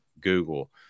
Google